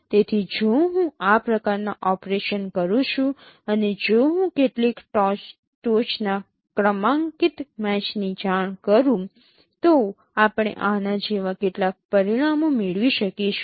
તેથી જો હું આ પ્રકારનાં ઓપરેશન કરું છું અને જો હું કેટલીક ટોચના ક્રમાંકિત મેચની જાણ કરું તો આપણે આના જેવા કેટલાક પરિણામો મેળવી શકીશું